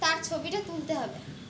তার ছবি টা তুলতে হবে